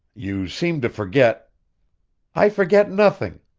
you seem to forget i forget nothing!